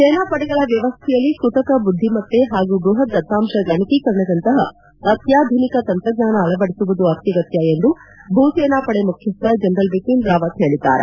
ಸೇನಾ ಪಡೆಗಳ ವ್ಕವಸ್ಥೆಯಲ್ಲಿ ಕೃತಕ ಬುದ್ಧಿಮತ್ತೆ ಪಾಗೂ ಬೃಪತ್ ದತ್ತಾಂಶ ಗಣಕೀಕರಣದಂತಪ ಅತ್ಯಾಧುನಿಕ ತಂತ್ರಜ್ಞಾನ ಅಳವಡಿಸುವುದು ಅತ್ಯಗತ್ಯ ಎಂದು ಭೂಸೇನಾಪಡೆ ಮುಖ್ಯಸ್ಥ ಜನರಲ್ ಬಿಖಿನ್ ರಾವತ್ ಹೇಳಿದ್ದಾರೆ